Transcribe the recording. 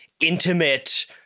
intimate